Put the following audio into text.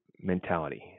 mentality